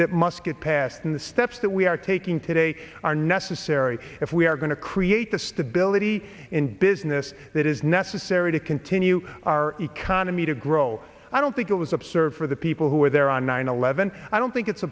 that must get passed on the steps that we are taking today are necessary if we are going to create the stability in business that is necessary to continue our economy to grow i don't think it was absurd for the people who were there on nine eleven i don't think it's